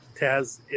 Taz